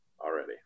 Already